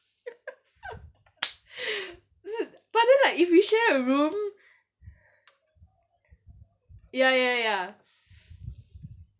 but then like if we share a room ya ya ya